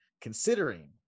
considering